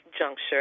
juncture